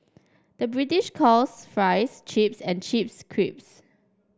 the British calls fries chips and chips creeps